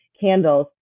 candles